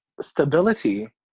stability